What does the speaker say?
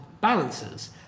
balances